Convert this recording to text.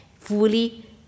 fully